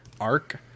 arc